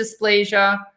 dysplasia